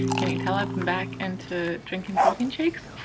can you tell i've been back into drinking protein shakes?